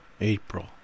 April